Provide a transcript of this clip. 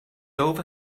over